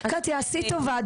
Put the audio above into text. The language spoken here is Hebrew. קטיה תעשי טובה,